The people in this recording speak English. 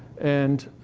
and.